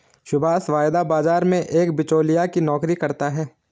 सुभाष वायदा बाजार में एक बीचोलिया की नौकरी करता है